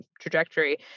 trajectory